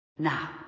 Now